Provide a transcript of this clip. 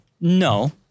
No